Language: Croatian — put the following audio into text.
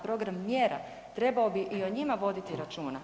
Program mjera trebao bi i o njima voditi računa.